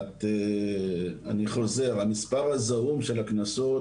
אני חוזר, המספר הזעום של הקנסות